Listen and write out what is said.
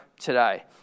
today